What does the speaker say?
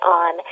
on